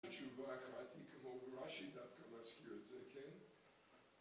תודה רבה, קראתי כמו מראשי, דף כנס קרצה, אוקיי?